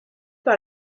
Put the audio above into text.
par